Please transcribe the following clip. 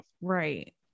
Right